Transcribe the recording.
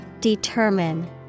Determine